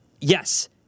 yes